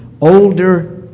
older